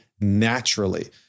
naturally